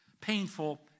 painful